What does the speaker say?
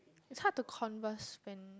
it's hard to converse when